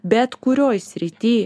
bet kurioj srity